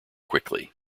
quickly